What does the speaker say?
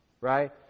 Right